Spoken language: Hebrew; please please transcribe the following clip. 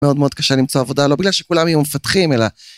מאוד מאוד קשה למצוא עבודה, לא בגלל שכולם יהיו מפתחים, אלא...